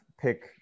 pick